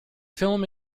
film